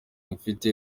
mfite